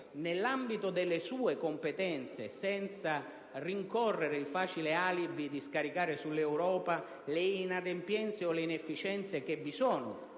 nell'ambito delle sue competenze, senza rincorrere il facile alibi di scaricare sull'Europa le inadempienze o le inefficienze che vi sono